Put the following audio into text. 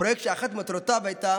פרויקט שאחת מטרותיו הייתה